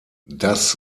das